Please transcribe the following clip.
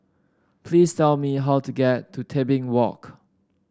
please tell me how to get to Tebing Walk